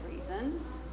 reasons